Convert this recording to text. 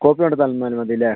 copy കൊണ്ടു തന്നാലും മതി അല്ലെ